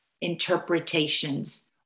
interpretations